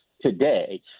today